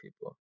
people